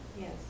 Yes